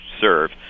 serve